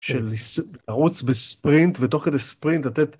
של לרוץ בספרינט ותוך כדי ספרינט.